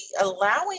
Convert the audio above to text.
allowing